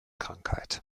krankheit